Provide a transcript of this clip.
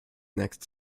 next